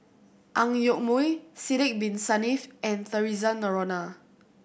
Ang Yoke Mooi Sidek Bin Saniff and Theresa Noronha